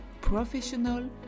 professional